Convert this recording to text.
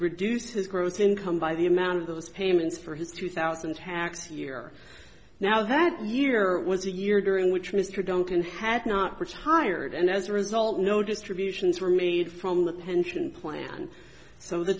reduce his gross income by the amount of those payments for his two thousand tax year now that year was a year during which mr duncan had not retired and as a result no distributions were made from the pension plan so the